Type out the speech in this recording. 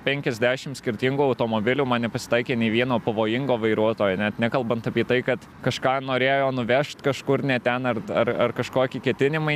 penkiasdešim skirtingų automobilių man nepasitaikė nė vieno pavojingo vairuotojo net nekalbant apie tai kad kažką norėjo nuvežt kažkur ne ten ar ar ar kažkokį ketinimai